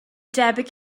debyg